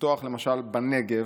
לפתוח למשל בנגב,